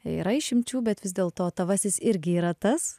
yra išimčių bet vis dėlto tavasis irgi yra tas